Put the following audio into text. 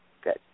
good